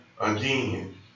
again